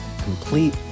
complete